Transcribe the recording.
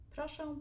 Proszę